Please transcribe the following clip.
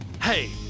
Hey